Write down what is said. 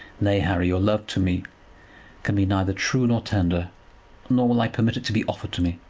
nay, harry, your love to me can be neither true nor tender nor will i permit it to be offered to me.